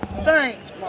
Thanks